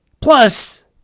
Plus